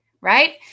Right